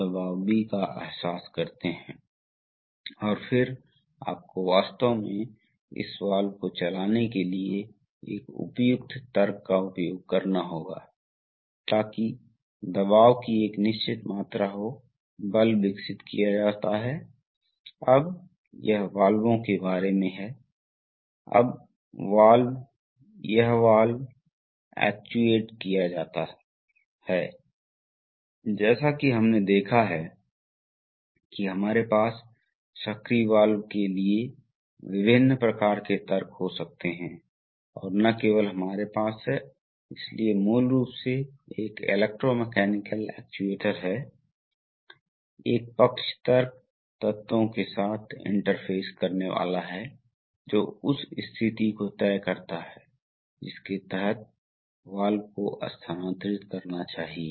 तो अब इस राहत वाल्व का पायलट पोर्ट वास्तव में जुड़ा हुआ है यह स्वतंत्र प्रवाह है चेक वाल्व की दिशा इस माध्यम से जाती है और इस बिंदु पर आती है इसलिए पायलट पोर्ट दबाव के पदों को लागू किया जा रहा है जो इस के बहुत करीब है जो बदले में इसके बहुत करीब है इसलिए पायलट पोर्ट अब टैंक से लगभग जुड़ा हुआ है जिसका अर्थ है कि यह राहत वाल्व अब वेंट होगा